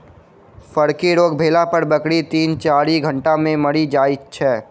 फड़की रोग भेला पर बकरी तीन चाइर घंटा मे मरि जाइत छै